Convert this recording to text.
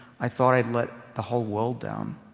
i thought i'd let the whole world down.